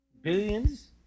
Billions